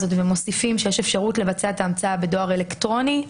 ומוסיפים שיש אפשרות לבצע את ההמצאה בדואר אלקטרוני,